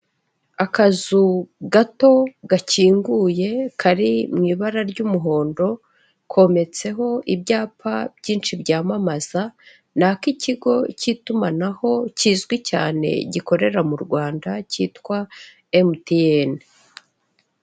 Akazu gato gakinguye kari mu ibara ry'umuhondo, kometseho ibyapa byinshi byamamaza, ni ak'ikigo cy'itumanaho kizwi cyane gikorera mu Rwanda cyitwa MTN.